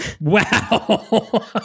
Wow